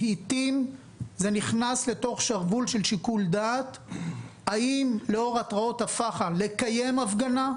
זה נכנס לתוך שרוול של שיקול דעת האם לאור התרעות הפח"ע לקיים הפגנה,